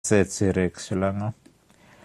זה ציר x שלנו.